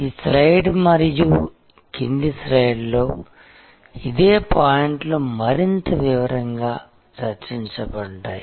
ఈ స్లైడ్ మరియు కింది స్లయిడ్లో ఇదే పాయింట్లు మరింత వివరంగా చర్చించబడ్డాయి